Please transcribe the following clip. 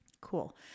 Cool